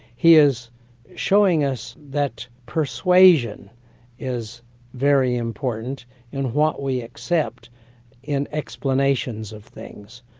he is showing us that persuasion is very important in what we accept in explanations of things,